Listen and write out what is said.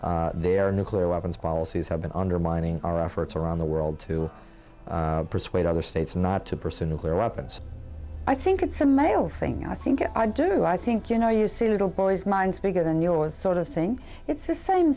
how their nuclear weapons policies have been undermining our efforts around the world to persuade other states not to pursue nuclear weapons i think it's a male thing i think i do i think you know you see a little boy's mind's bigger than yours sort of thing it's the same